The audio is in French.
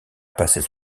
passer